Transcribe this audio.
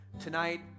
Tonight